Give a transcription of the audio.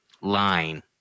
line